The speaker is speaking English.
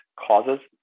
causes